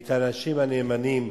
את האנשים הנאמנים,